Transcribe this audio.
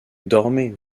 dormez